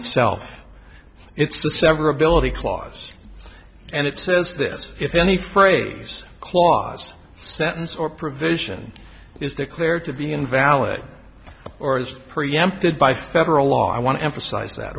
itself it's the severability clause and it says this if any phrase clause sentence or provision is declared to be invalid or is preempted by federal law i want to emphasize that